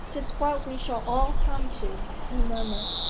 tis what we shall all come to he murmured.